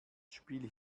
spiel